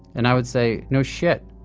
and i would say, no shit,